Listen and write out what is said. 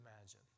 imagine